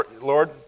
Lord